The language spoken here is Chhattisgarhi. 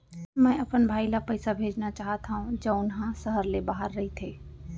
मै अपन भाई ला पइसा भेजना चाहत हव जऊन हा सहर ले बाहिर रहीथे